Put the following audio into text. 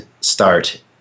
start